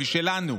משלנו,